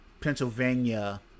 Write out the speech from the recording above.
Pennsylvania